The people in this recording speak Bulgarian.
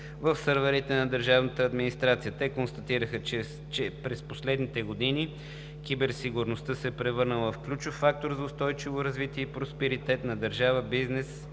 в сървърите на държавната администрация. Те констатираха, че през последните години киберсигурността се е превърнала в ключов фактор за устойчивото развитие и просперитета на държавата, бизнеса,